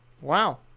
Wow